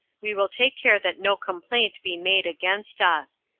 we will take care that no complaint be made against us.